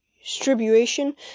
Distribution